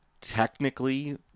technically